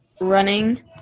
running